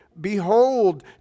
Behold